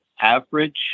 average